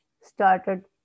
started